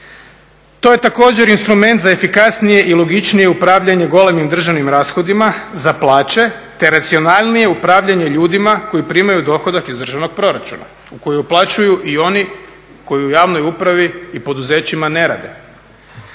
To je također instrument za efikasnije i logičnije upravljanje golemim državnim rashodima za plaće, te racionalnije upravljanje ljudima koji primaju dohodak iz državnog proračuna koji uplaćuju i oni koji u javnoj upravi i poduzećima ne rade.